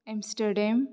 Amsterdam